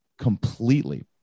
completely